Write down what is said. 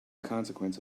consequence